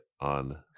on